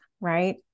Right